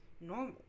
Normal